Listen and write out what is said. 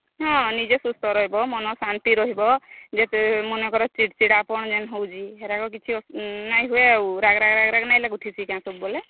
ହଁ ନିଜେ ସୁସ୍ଥ ରହିବ ମନ ଶାନ୍ତି ରହିବ ଯେତେ ମନେ କର ଚିଡ଼୍ ଚିଡ଼ାପନ୍ ଯେନ୍ ହେଉଛି ହେରାକ କିଛି ନାଇଁ ହୁଏ ଆଉ ରାଗେ ରାଗେ ରାଗେ ରାଗେ ନାଇଁ ଲାଗୁଥିସି ସବୁବେଳେ